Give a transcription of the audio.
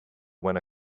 when